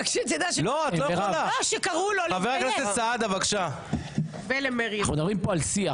רק שתדע שקראו לו ל- -- אנחנו מדברים פה על שיח.